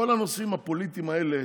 כל הנושאים הפוליטיים האלה,